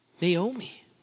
Naomi